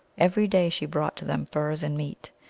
every day she brought to them furs and meat.